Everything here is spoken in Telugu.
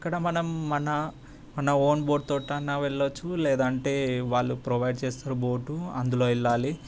ఇక్కడ మనం మన మన ఓన్ బోటుతోనైనా వెళ్ళొచ్చు లేదంటే వాళ్ళు ప్రొవైడ్ చేస్తారు బోట్ అందులో వెళ్ళాలి